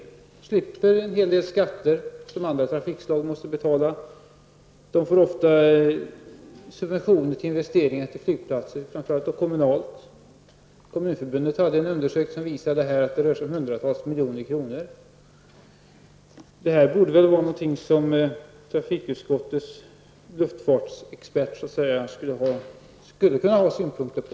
Flyget slipper en hel del skatter som andra trafikslag måste betala och får ofta subventioner till investeringar i flygplatser, framför allt kommunalt. Kommunförbundet har gjort en undersökning som visar att det rör sig om hundratals miljoner kronor. Detta borde vara något som trafikutskottets luftfartsexpert skulle kunna ha synpunkter på.